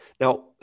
Now